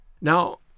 Now